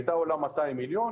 היא הייתה עולה 200 מיליון,